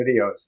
videos